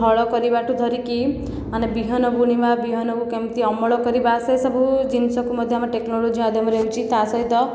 ହଳ କରିବାଠୁ ଧରିକି ମାନେ ବିହନ ବୁଣିବା ବିହନକୁ କେମିତି ଅମଳ କରିବା ସେସବୁ ଜିନିଷକୁ ମଧ୍ୟ ଆମ ଟେକ୍ନୋଲୋଜି ମାଧ୍ୟମରେ ହେଉଛି ତା'ସହିତ